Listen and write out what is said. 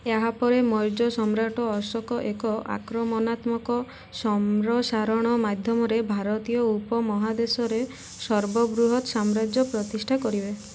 ଏହାପରେ ମୌର୍ଯ୍ୟ ସମ୍ରାଟ ଅଶୋକ ଏକ ଆକ୍ରମଣାତ୍ମକ ସମ୍ପ୍ରସାରଣ ମାଧ୍ୟମରେ ଭାରତୀୟ ଉପମହାଦେଶରେ ସର୍ବବୃହତ ସାମ୍ରାଜ୍ୟ ପ୍ରତିଷ୍ଠା କରିବେ